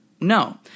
no